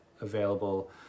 available